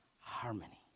harmony